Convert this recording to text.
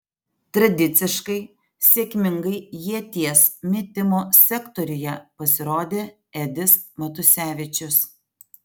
tradiciškai sėkmingai ieties metimo sektoriuje pasirodė edis matusevičius